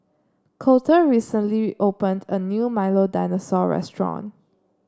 Colter recently opened a new Milo Dinosaur Restaurant